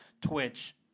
twitch